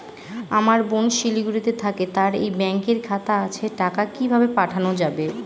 আমার বোন শিলিগুড়িতে থাকে তার এই ব্যঙকের খাতা আছে টাকা কি ভাবে পাঠানো যাবে?